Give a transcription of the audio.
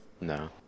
No